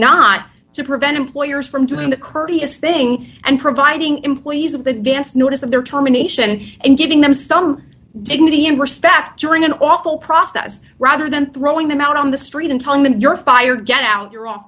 not to prevent employers from doing the courteous thing and providing employees of the advanced notice of their terminations and giving them some dignity and respect during an awful process rather than throwing them out on the street and telling them you're fired get out